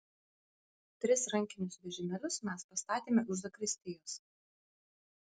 tris rankinius vežimėlius mes pastatėme už zakristijos